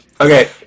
Okay